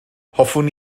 hoffwn